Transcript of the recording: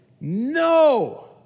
no